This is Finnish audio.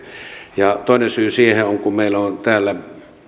ja toinen syy siihen on kun meillä on täällä